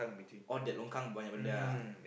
on that longkang banyak benda ah